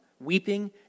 Weeping